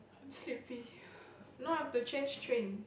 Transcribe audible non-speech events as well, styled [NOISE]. I'm sleepy [BREATH] no I have to change train